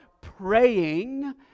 praying